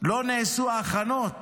לא נעשו ההכנות